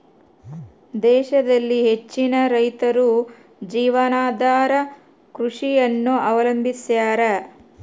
ದೇಶದಲ್ಲಿ ಹೆಚ್ಚಿನ ರೈತರು ಜೀವನಾಧಾರ ಕೃಷಿಯನ್ನು ಅವಲಂಬಿಸ್ಯಾರ